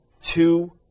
two